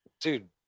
dude